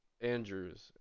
Andrews